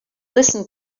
listen